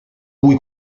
cui